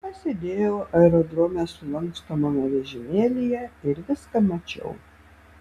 aš sėdėjau aerodrome sulankstomame vežimėlyje ir viską mačiau